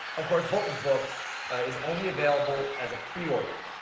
of course, bolton's book is only available as pre-order,